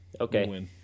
Okay